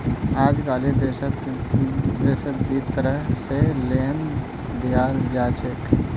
अजकालित देशत दी तरह स लोन दियाल जा छेक